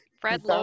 Fred